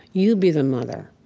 you be the mother.